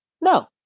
No